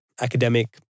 academic